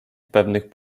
pewnych